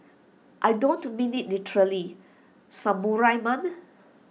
I don't mean IT literally samurai man